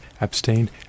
abstain